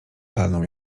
palnął